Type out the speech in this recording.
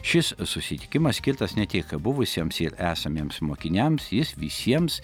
šis susitikimas skirtas ne tik buvusiems ir esamiems mokiniams jis visiems